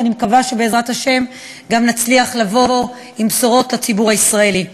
ואני מקווה שבעזרת השם גם נצליח לבוא עם בשורות לציבור הישראלי.